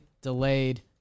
delayed